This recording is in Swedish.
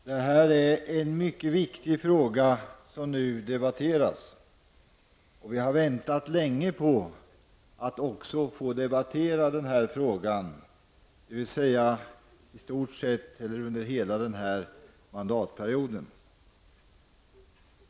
Fru talman! Den fråga som nu debatteras är mycket viktig. Vi har väntat länge på att få debattera den, i stort sett hela den här mandatperioden.